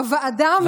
בוועדה המסדרת.